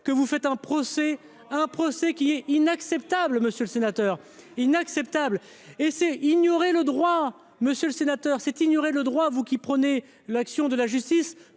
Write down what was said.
que vous faites un procès, un procès qui est inacceptable, Monsieur le Sénateur, inacceptable et c'est ignorer le droit monsieur le sénateur, c'est ignorer le droit vous qui prônez l'action de la justice